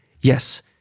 Yes